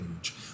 age